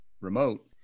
remote